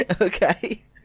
Okay